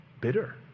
bitter